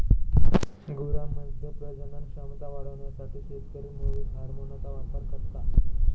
गुरांमध्ये प्रजनन क्षमता वाढवण्यासाठी शेतकरी मुवीस हार्मोनचा वापर करता